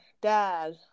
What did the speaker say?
dad